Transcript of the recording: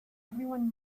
everyone